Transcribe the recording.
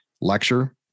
lecture